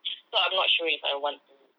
so I'm not sure if I want to